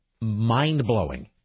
mind-blowing